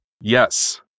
Yes